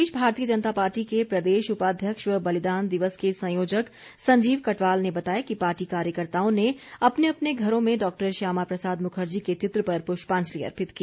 इस बीच भारतीय जनता पार्टी के प्रदेश उपाध्यक्ष व बलिदान दिवस के संयोजक संजीव कटवाल ने बताया कि पार्टी कार्यकर्ताओं ने अपने अपने घरों में डॉक्टर श्यामा प्रसाद मुखर्जी के चित्र पर प्रष्पांजलि अर्पित की